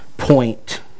Point